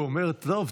הוא אומר: טוב,